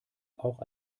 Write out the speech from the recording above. auch